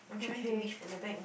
okay